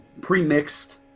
pre-mixed